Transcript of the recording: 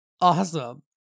awesome